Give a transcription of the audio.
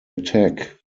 attack